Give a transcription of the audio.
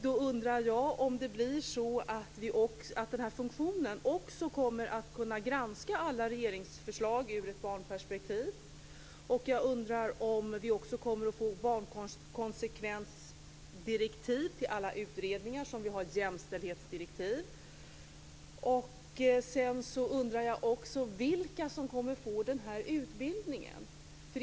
Då undrar jag om det blir så att den här funktionen också kommer att kunna granska alla regeringsförslag ur ett barnperspektiv. Jag undrar om vi också kommer att få barnkonsekvensdirektiv till alla utredningar, så som vi har jämställdhetsdirektiv. Sedan undrar jag vilka som kommer att få den här utbildningen.